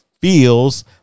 feels